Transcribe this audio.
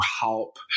help